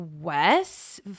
Wes